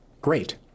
Great